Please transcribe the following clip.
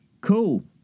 cool